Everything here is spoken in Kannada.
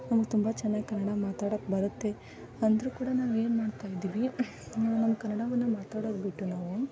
ನಮ್ಗೆ ತುಂಬ ಚೆನ್ನಾಗಿ ಕನ್ನಡ ಮಾತಾಡಕ್ಕೆ ಬರುತ್ತೆ ಅಂದರೂ ಕೂಡ ನಾವು ಏನು ಮಾಡ್ತಾ ಇದ್ದೀವಿ ನಮ್ಮ ಕನ್ನಡವನ್ನು ಮಾತಾಡೋದು ಬಿಟ್ಟು ನಾವು